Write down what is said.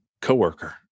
coworker